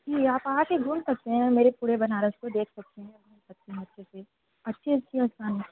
जी आप आकर घूम सकते हैं मेरे पूरे बनारस को देख सकते हैं अच्छे से अच्छे से